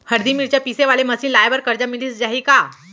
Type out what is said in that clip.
हरदी, मिरचा पीसे वाले मशीन लगाए बर करजा मिलिस जाही का?